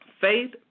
Faith